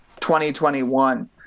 2021